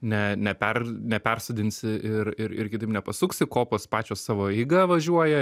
ne ne per nepersodinsi ir ir ir kitaip nepasuksi kopos pačios savo eiga važiuoja